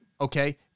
Okay